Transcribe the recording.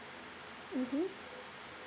mmhmm